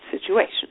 situation